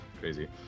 crazy